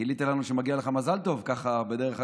גילית לנו שמגיע לך מזל טוב ככה בדרך אגב?